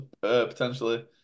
potentially